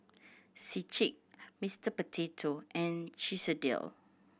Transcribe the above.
Schick Mister Potato and Chesdale